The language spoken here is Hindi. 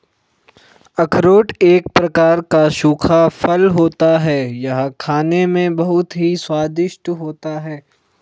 अखरोट एक प्रकार का सूखा फल होता है यह खाने में बहुत ही स्वादिष्ट होता है